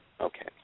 Okay